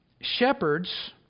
Shepherds